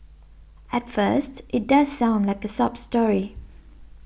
at first it does sound like a sob story